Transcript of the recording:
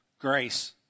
grace